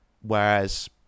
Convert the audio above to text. whereas